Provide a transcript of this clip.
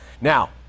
Now